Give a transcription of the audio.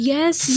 Yes